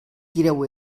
tireu